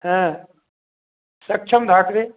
हाँ सक्षम घाटवे